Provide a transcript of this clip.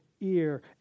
ear